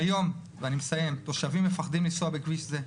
כיום" ואני מסיים "תושבים מפחדים לנסוע בכביש זה,